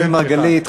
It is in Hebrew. חבר הכנסת מרגלית,